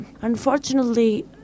unfortunately